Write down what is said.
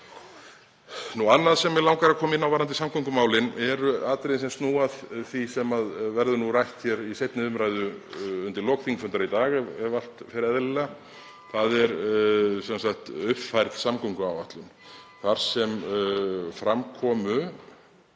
Annað sem mig langar að koma inn á varðandi samgöngumálin eru atriði sem snúa að því sem verður rætt hér í seinni umræðu undir lok þingfundar í dag ef allt fer eðlilega. Það er uppfærð samgönguáætlun þar sem fram komu